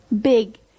Big